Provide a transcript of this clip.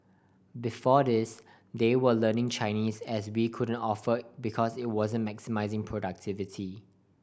before this they were learning Chinese as we couldn't offer because it wasn't maximising productivity